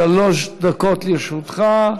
שלוש דקות לרשותך.